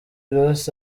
ross